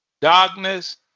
Darkness